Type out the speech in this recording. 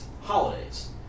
holidays